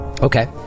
Okay